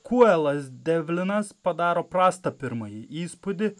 kuoelas devlina padaro prastą pirmąjį įspūdį